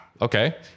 okay